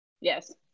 Yes